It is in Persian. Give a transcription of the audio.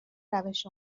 روش